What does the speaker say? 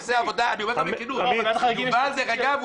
דרך אגב,